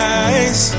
eyes